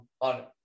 on